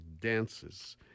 dances